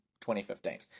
2015